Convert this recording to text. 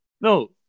No